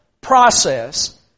process